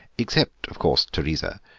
except, of course, teresa,